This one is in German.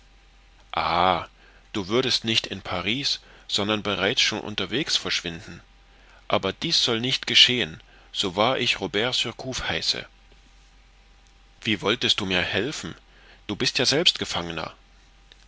du würdest nicht in paris sondern bereits schon unterwegs verschwinden aber dies soll nicht geschehen so wahr ich robert surcouf heiße wie wolltest du mir helfen du bist ja selbst gefangener